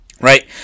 Right